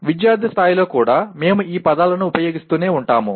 విద్యార్థి స్థాయిలో కూడా మేము ఈ పదాలను ఉపయోగిస్తూనే ఉంటాము